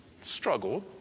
struggled